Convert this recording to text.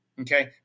okay